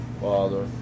Father